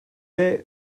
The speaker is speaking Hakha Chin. deuh